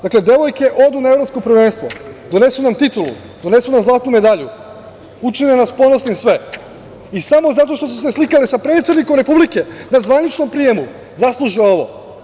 Dakle, devojke odu na Evropsko prvenstvo, donesu nam titulu, donesu nam zlatnu medalju, učine nas sve ponosnim i samo zato što su slikale sa predsednikom Republike na zvaničnom prijemu zasluže ovo.